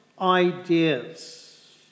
ideas